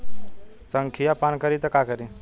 संखिया पान करी त का करी?